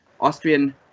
Austrian